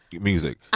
music